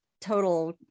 total